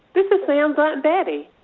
this is sam's aunt betty.